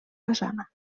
façana